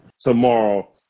tomorrow